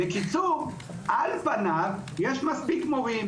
כלומר על פניו יש מספיק מורים.